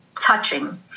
touching